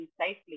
safely